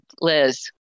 Liz